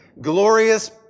Glorious